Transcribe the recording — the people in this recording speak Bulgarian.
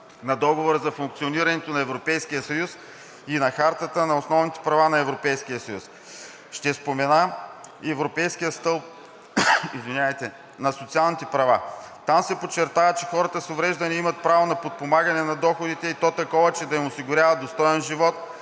на Договора за функционирането на ЕС и на Хартата на основните права на Европейския съюз. Ще спомена и Европейския стълб на социалните права, там се подчертава, че хората с увреждания имат право на подпомагане на доходите, и то такова, че да им осигурява достоен живот,